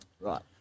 Right